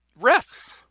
refs